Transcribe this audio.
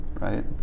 right